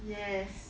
yes